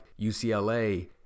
UCLA